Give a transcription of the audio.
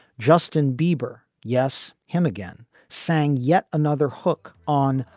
justin bieber. yes, him again sang yet another hook on.